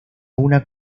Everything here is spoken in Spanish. una